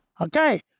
Okay